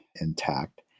intact